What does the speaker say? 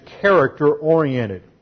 character-oriented